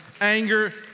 anger